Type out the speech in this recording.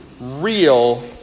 Real